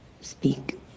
speak